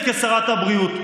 את מי את מייצגת כשרת הבריאות?